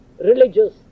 religious